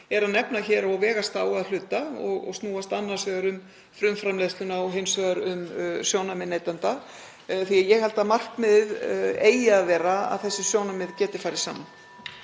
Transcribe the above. nefnir hér og vegast á að hluta; snúast annars vegar um frumframleiðsluna og hins vegar um sjónarmið neytenda. Ég held að markmiðið eigi að vera að þessi sjónarmið geti farið saman.